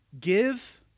Give